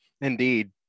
Indeed